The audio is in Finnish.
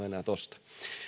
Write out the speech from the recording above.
enää tuosta